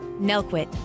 Nelquit